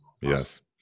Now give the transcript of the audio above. yes